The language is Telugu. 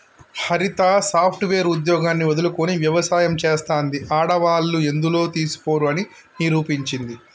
హరిత సాఫ్ట్ వేర్ ఉద్యోగాన్ని వదులుకొని వ్యవసాయం చెస్తాంది, ఆడవాళ్లు ఎందులో తీసిపోరు అని నిరూపించింది